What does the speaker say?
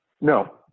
No